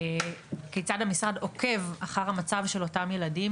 כיצד המשרד עוקב אחר המצב של אותם ילדים